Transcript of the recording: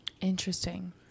Interesting